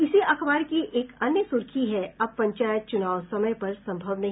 इसी अखबार की एक अन्य सुर्खी है अब पंचायत चुनाव समय पर सम्भव नहीं